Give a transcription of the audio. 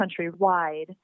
countrywide